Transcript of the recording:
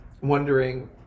Wondering